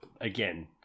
Again